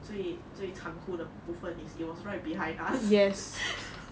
最最残酷的部分 is it was right behind us